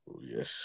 yes